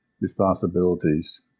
responsibilities